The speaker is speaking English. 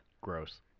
Gross